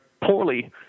poorly